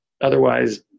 Otherwise